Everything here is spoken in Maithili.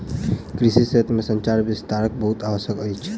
कृषि क्षेत्र में संचार विस्तारक बहुत आवश्यकता अछि